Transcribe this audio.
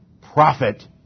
profit